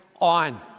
on